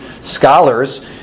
scholars